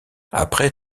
après